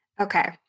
Okay